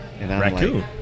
Raccoon